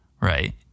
right